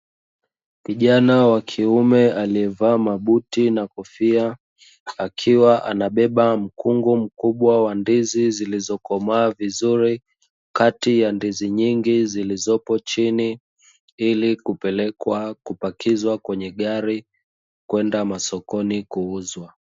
Kijana wa kiume aliyevaa mabuti na kofia, akiwa anabeba mkungu mkubwa wa ndizi zilizokamaa vizuri kati ya ndizi nyingi zilizopo chini, ili kupelekwa kupakizwa kwenye gari kwenda sokoni kuuzwa.